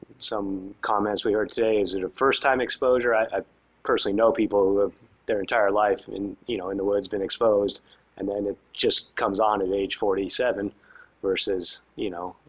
some comments we heard today is it a first time exposure? i i personally know people who have their entire life in, you know, in the woods been exposed and then it just comes on at age forty seven versus, you know,